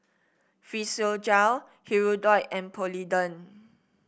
Physiogel Hirudoid and Polident